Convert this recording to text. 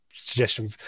suggestion